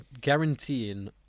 guaranteeing